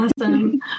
awesome